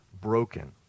broken